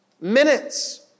Minutes